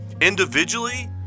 individually